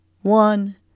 one